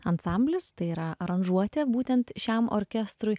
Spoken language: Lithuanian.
ansamblis tai yra aranžuotė būtent šiam orkestrui